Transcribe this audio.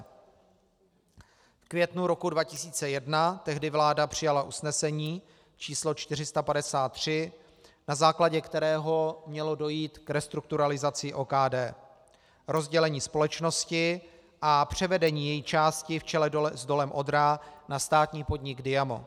V květnu roku 2001 tehdy vláda přijala usnesení číslo 453, na základě kterého mělo dojít k restrukturalizaci OKD, rozdělení společnosti a převedení její části v čele s Dolem Odra na státní podnik Diamo.